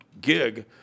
gig